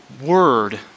word